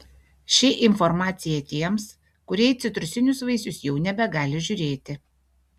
ši informacija tiems kurie į citrusinius vaisius jau nebegali žiūrėti